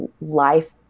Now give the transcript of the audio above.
life